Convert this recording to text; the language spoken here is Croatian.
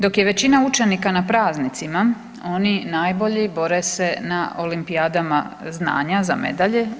Dok je većina učenika na praznicima oni najbolji bore se na olimpijadama znanja za medalje.